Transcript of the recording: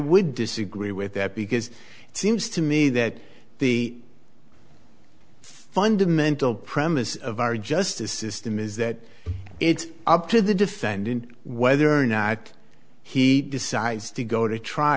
would disagree with that because it seems to me that the fundamental premises of our justice system is that it's up to the defendant whether or not he decides to go to trial